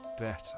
better